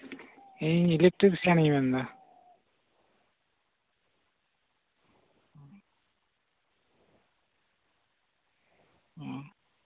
ᱤᱧ ᱤᱞᱮᱠᱴᱨᱤᱠᱥᱤᱭᱟᱱᱤᱧ ᱢᱮᱱᱫᱟ ᱦᱮᱸ